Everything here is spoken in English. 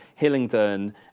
Hillingdon